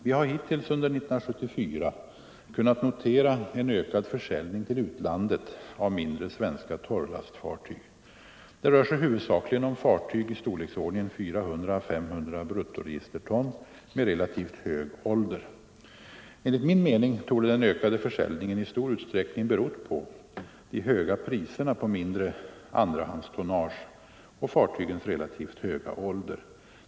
Vi har hittills under år 1974 kunnat notera en ökad försäljning till utlandet av mindre svenska torrlastfartyg. Det rör sig huvudsakligen om fartyg i storleksordningen 400 å 500 bruttoregisterton med relativt hög ålder. Enligt min mening torde den ökade försäljningen i stor utsträckning berott på de höga priserna på mindre andrahandstonnage och fartygens relativt höga ålder.